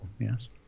Yes